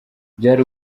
byari